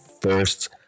first